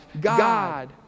God